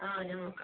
ആ ഞാൻ നോക്കാം